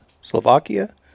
Slovakia